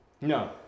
no